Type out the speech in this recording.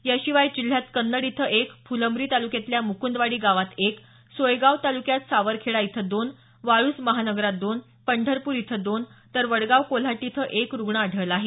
याशिवाय जिल्ह्यात कन्नड इथं एक फुलंब्री तालुक्यातल्या म्कंदवाडी गावात एक सोयगाव तालुक्यात सावरखेडा इथं दोन वाळूज महानगरात दोन पंढरपूर इथं दोन तर वडगाव कोल्हाटी इथं एक रुग्ण आढळला आहे